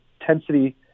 intensity